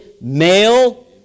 male